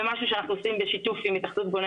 זה משהו שאנחנו עושים בשיתוף יחד עם "התאחדות בוני